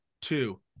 two